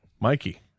Mikey